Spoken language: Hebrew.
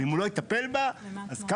אם הוא לא יטפל בה,